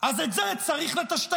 אז את זה צריך לטשטש,